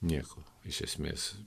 nieko iš esmės